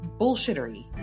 bullshittery